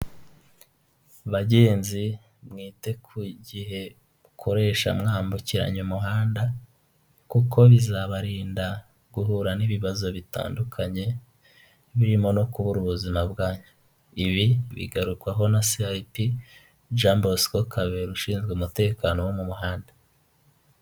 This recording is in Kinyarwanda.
Bagenzi mwite ku gihe mukoresha mwambukiranya umuhanda, kuko bizabarinda guhura n'ibibazo bitandukanye birimo no kubura ubuzima bwanyu, ibi bigarukwaho CIP na jean Bosco Kabera ushinzwe umutekano wo mu muhanda.